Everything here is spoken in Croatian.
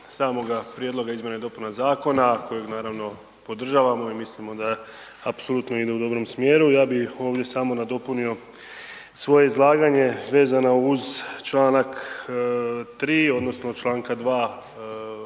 samoga prijedloga izmjena i dopuna zakona kojeg, naravno, podržavamo i mislimo da apsolutno ide u dobro smjeru. Ja bi ovdje samo nadopunio svoje izlaganje vezano uz čl. 3. odnosno čl. 2.